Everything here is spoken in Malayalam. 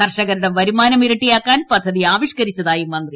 കർഷകരുടെ വരുമാനം ഇരട്ടിയാക്കാൻ പൃദ്ധതി ആവിഷ്കരിച്ചതായി മന്ത്രി